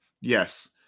Yes